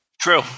true